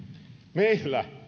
meillä